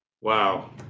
Wow